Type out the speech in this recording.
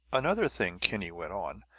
another thing, kinney went on.